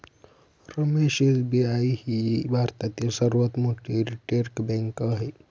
रमेश एस.बी.आय ही भारतातील सर्वात मोठी रिटेल बँक आहे